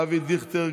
אבי דיכטר,